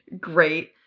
great